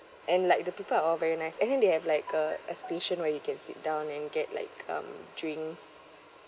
and like the people are all very nice and then they have like a a station where you can sit down and get like um drinks